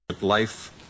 life